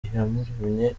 iyamuremye